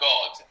God